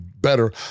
better